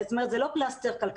הסיפור של הממ"ח הוא לא פלסטר כלכלי,